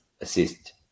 assist